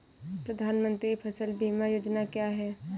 प्रधानमंत्री फसल बीमा योजना क्या है?